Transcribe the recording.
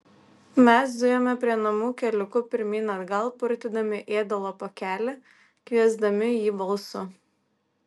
mes zujome prie namų keliuku pirmyn atgal purtydami ėdalo pakelį kviesdami jį balsu